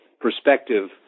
perspective